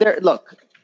look